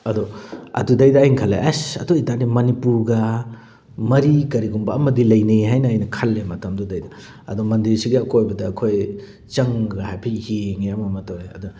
ꯑꯗꯨ ꯑꯗꯨꯗꯩꯗ ꯑꯩꯅ ꯈꯜꯂꯦ ꯑꯩꯁ ꯑꯗꯨ ꯑꯣꯏ ꯇꯥꯔꯒꯗꯤ ꯃꯅꯤꯄꯨꯔꯒ ꯃꯔꯤ ꯀꯔꯤꯒꯨꯝꯕ ꯑꯃꯗꯤ ꯂꯩꯅꯩ ꯍꯥꯏꯅ ꯑꯩꯅ ꯈꯜꯂꯦ ꯃꯇꯝꯗꯨꯗꯩꯗ ꯑꯗꯣ ꯃꯟꯗꯤꯔꯁꯤꯒꯤ ꯑꯀꯣꯏꯕꯗ ꯑꯩꯈꯣꯏ ꯆꯪꯉꯒ ꯍꯥꯏꯐꯦꯠ ꯌꯦꯡꯉꯦ ꯑꯃꯃ ꯇꯧꯋꯦ ꯑꯗ